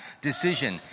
decision